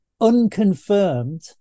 unconfirmed